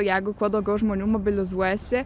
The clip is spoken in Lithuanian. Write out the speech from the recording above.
jeigu kuo daugiau žmonių mobilizuojasi